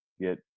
get